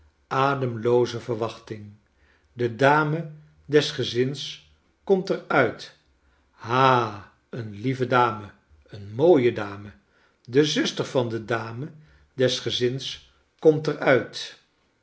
ademlooze verwachting de dame des gezins komt er uit hal een lieve dame een mooie dame de zuster van de dame des gezins komt er